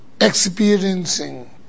experiencing